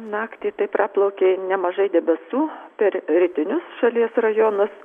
naktį tai praplaukė nemažai debesų per rytinius šalies rajonus